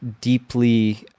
deeply